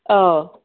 ꯑꯥꯎ